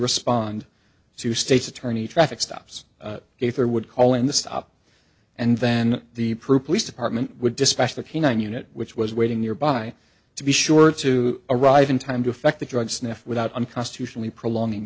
respond to state's attorney traffic stops if they would call in the stop and then the proof police department would dispatch that he one unit which was waiting nearby to be sure to arrive in time to affect the drug sniff without unconstitutionally prolonging